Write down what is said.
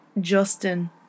Justin